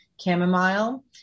chamomile